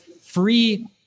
free